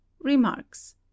remarks